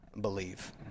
believe